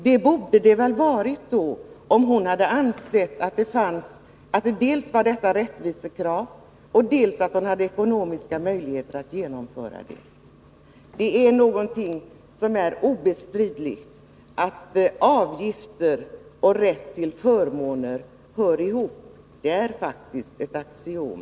Det borde det ha funnits, om hon hade ansett dels att det fanns ett rättvisekrav, dels att hon hade ekonomiska möjligheter att genomföra det som motionärerna kräver. Men det är obestridligt att avgifter och rätt till förmåner hör ihop — det är faktiskt ett axiom.